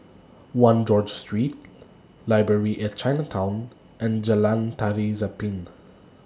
one George Street Library At Chinatown and Jalan Tari Zapin